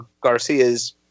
Garcia's